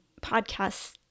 podcasts